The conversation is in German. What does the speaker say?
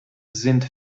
sind